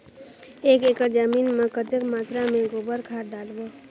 एक एकड़ जमीन मे कतेक मात्रा मे गोबर खाद डालबो?